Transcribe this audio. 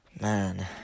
man